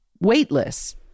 weightless